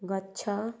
ଗଛ